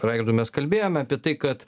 raigardu mes kalbėjome apie tai kad